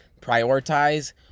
prioritize